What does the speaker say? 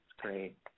great